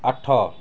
ଆଠ